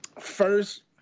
first